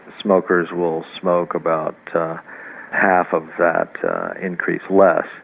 smokers will smoke about half of that increase less.